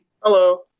Hello